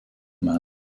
man